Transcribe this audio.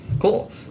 Cool